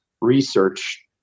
research